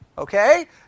Okay